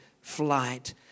flight